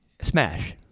Smash